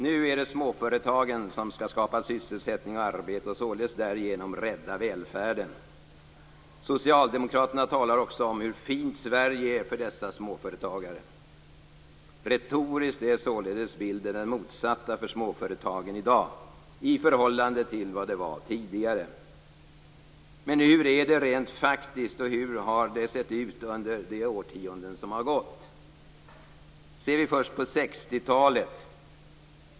Nu är det småföretagen som skall skapa sysselsättning och arbete och således därigenom rädda välfärden. Socialdemokraterna talar också om hur fint Sverige är för dessa småföretagare. Retoriskt är således bilden den motsatta för småföretagen i dag i förhållande till vad den var tidigare. Men hur är det rent faktiskt, och hur har det sett ut under de årtionden som gått? Låt oss först se på 60-talet.